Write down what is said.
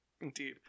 Indeed